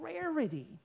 rarity